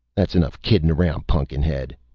that's enough kiddin' around, pun'kin-head,